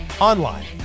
online